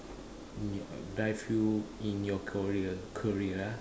d~ drive you in your career career